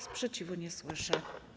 Sprzeciwu nie słyszę.